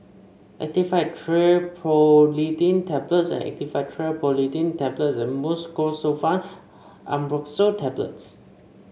Actifed Triprolidine Tablets Actifed Triprolidine Tablets and Mucosolvan AmbroxoL Tablets